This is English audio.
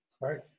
right